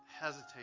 hesitate